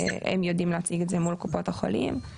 הם יודעים לייצג את זה מול קופות החולים,